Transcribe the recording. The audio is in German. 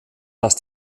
dass